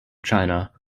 china